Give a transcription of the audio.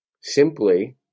simply